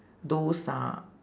those are